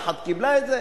אחת קיבלה את זה,